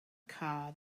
car